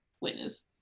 witness